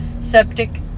septic